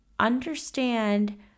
understand